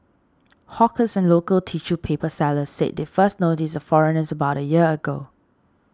hawkers and local tissue paper sellers said they first noticed the foreigners about a year ago